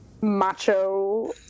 macho